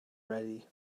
ready